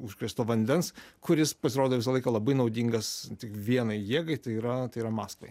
užkrėsto vandens kuris pasirodo visą laiką labai naudingas tik vienai jėgai tai yra tai yra mastui